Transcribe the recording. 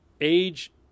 age